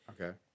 Okay